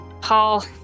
Paul